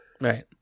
Right